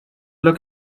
look